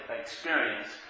experience